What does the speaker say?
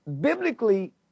biblically